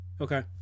Okay